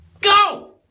Go